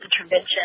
intervention